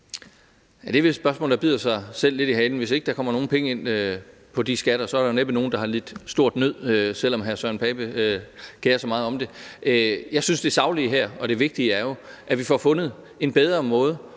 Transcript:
Det er vel et spørgsmål, der bider sig selv lidt i halen. Hvis ikke der kommer nogen penge ind på de skatter, er der næppe nogen, der har lidt stor nød, selv om hr. Søren Pape Poulsen kerer sig meget om det. Jeg synes, at det saglige og det vigtige her er, at vi får fundet en bedre måde